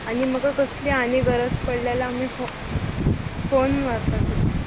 आनी म्हाका कसली आनी गरज पडल्यार आमी फो फोन मारता तुका